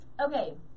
okay